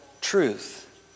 truth